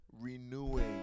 renewing